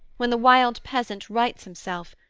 when the wild peasant rights himself,